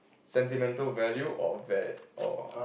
sentimental value or va~ or